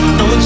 no